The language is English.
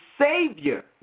Savior